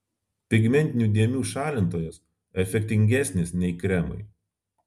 pigmentinių dėmių šalintojas efektingesnis nei kremai